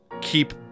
Keep